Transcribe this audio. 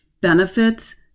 benefits